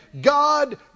God